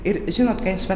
ir žinot kai aš va